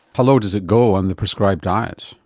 how low does it go on the prescribed diet?